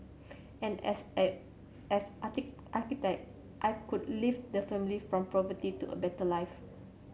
and as an as architect I could lift the family from poverty to a better life